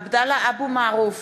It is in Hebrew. (קוראת בשמות חברי הכנסת) עבדאללה אבו מערוף,